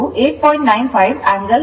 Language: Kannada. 12 8